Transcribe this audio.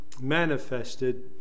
manifested